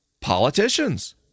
politicians